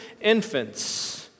infants